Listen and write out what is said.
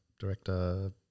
Director